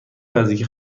نزدیک